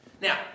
Now